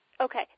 Okay